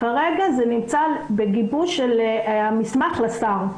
כרגע זה נמצא בגיבוש המסמך לשר.